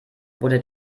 wurde